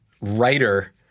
writer